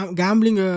gambling